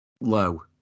Low